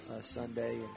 Sunday